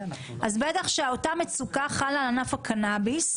אז בטח שאותה מצוקה חלה על ענף הקנאביס,